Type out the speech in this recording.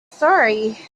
story